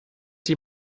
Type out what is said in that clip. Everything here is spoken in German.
die